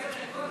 יש לך עשר דקות,